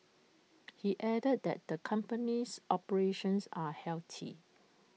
he added that the company's operations are healthy